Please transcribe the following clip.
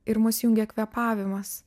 ir mus jungia kvėpavimas